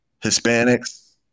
Hispanics